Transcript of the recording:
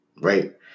right